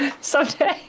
Someday